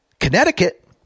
Connecticut